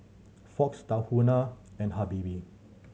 Fox Tahuna and Habibie